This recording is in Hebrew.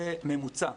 זה ממוצע,